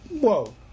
Whoa